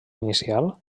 inicial